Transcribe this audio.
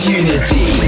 unity